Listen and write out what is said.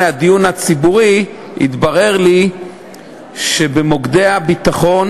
גברתי היושבת-ראש,